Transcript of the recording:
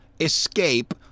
escape